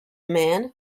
man